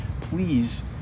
please